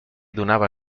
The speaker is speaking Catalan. donava